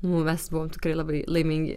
nu mes buvom tikrai labai laimingi